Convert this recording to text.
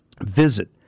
Visit